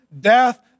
death